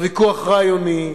לא ויכוח רעיוני,